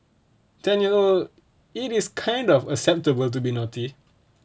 ten-year-old it is kind of acceptable to be naughty